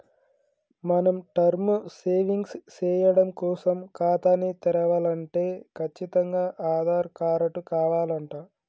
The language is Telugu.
మనం టర్మ్ సేవింగ్స్ సేయడం కోసం ఖాతాని తెరవలంటే కచ్చితంగా ఆధార్ కారటు కావాలంట